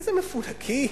איזה מפונקים?